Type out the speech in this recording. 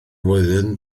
flwyddyn